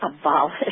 abolish